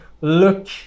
look